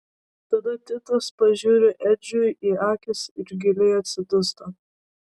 tada titas pažiūri edžiui į akis ir giliai atsidūsta